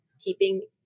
keeping